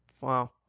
Wow